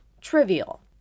trivial